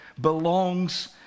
belongs